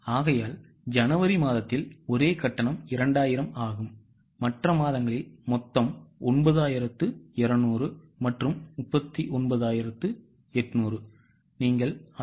ஆகையால் ஜனவரி மாதத்தில் ஒரே கட்டணம் 2000 ஆகும் மற்ற மாதங்களில் மொத்தம் 9200 39800